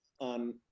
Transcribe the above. on